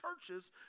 churches